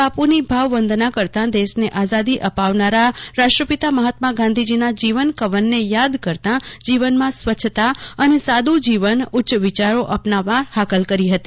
બાપુની ભાવવંદના કરતાં દેશને આઝાદી અપાવનારા રાષ્ટ્રપિતા મહાત્મા ગાંધીજીના જીવન કવનને યાદ કરતાં જીવનમાં સ્વચ્છતા અને સાદુ જીવન ઉચ્ચ વિચારો અપનાવવા હાંકલ કરી હતી